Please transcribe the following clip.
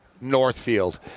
Northfield